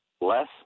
Less